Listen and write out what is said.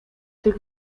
tych